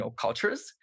cultures